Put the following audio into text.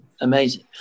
amazing